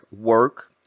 work